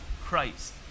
Christ